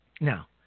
Now